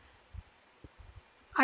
B